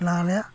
लाला